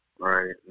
Right